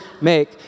make